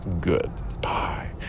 Goodbye